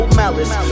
malice